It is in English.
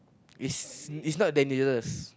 is is not dangerous